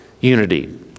unity